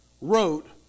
wrote